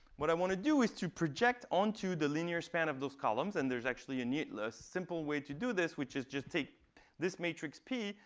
what i want to do is to project onto the linear span of those columns. and there's actually a simple way to do this, which is just take this matrix p,